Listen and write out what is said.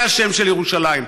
זה השם של ירושלים.